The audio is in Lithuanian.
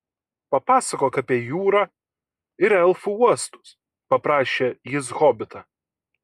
papasakok apie jūrą ir elfų uostus paprašė jis hobitą